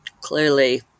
clearly